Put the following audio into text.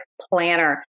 planner